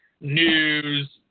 News